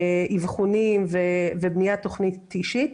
אבחונים ובניית תכנית אישית,